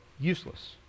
useless